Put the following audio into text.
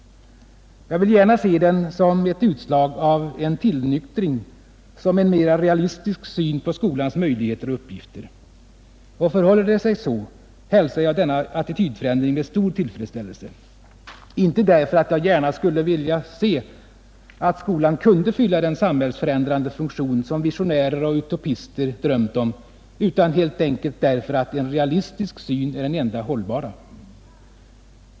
Jag vill gärna se den som ett utslag av en tillnyktring, som en mera realistisk syn på skolans möjligheter och uppgifter. Och förhåller det sig så, hälsar jag denna attitydförändring med stor tillfredsställelse. Inte därför att jag gärna skulle se, att skolan kunde fylla den samhällsförändrande funktion som visionärer och utopister drömt om, utan helt enkelt därför att en realistisk syn är den enda hållbara.